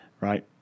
right